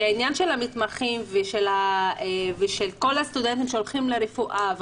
העניין של המתמחים ושל כל הסטודנטים שהולכים ללמוד רפואה,